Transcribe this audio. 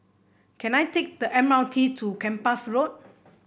can I take the M R T to Kempas Road